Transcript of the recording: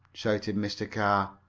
shouted mr. carr.